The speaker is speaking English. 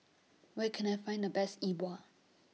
Where Can I Find The Best E Bua